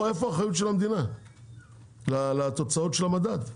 פה איפה האחריות של המדינה לתוצאות של המדד?